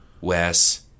Wes